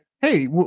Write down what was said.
hey